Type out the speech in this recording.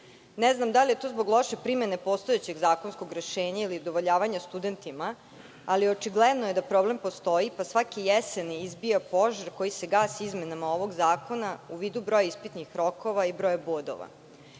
Ne znam da li je to zbog loše primene postojećeg zakonskog rešenja ili udovoljavanja studentima, ali očigledno je da problem postoji pa svake jeseni izbija požar koji se gasi izmenama ovog zakona, u vidu broja ispitnih rokova i broja bodova. Godine